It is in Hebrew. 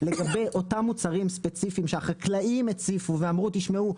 לגבי אותם מוצרים ספציפיים שהחקלאים הציפו ואמרו 'תשמעו,